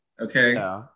Okay